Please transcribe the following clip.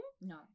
No